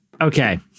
Okay